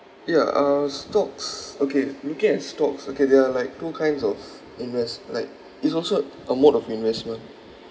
ya uh stocks okay looking at stocks okay there are like two kinds of invest~ like it's also a mode of investment